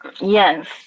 Yes